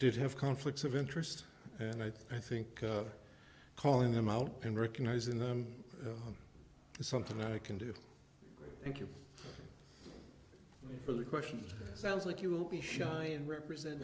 did have conflicts of interest and i think calling them out and recognizing them is something that i can do thank you for the question sounds like you will be shy and represent